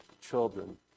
children